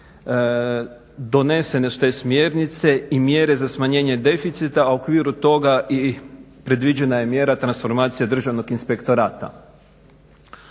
donesene su te smjernice i mjere za smanjenje deficita a u okviru toga i predviđena je mjera transformacija državnog inspektorata.